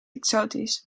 exotisch